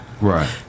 Right